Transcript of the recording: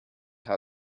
how